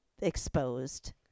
exposed